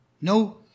No